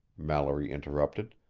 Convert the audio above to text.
mallory interrupted,